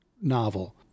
novel